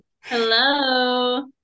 Hello